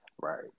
Right